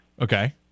Okay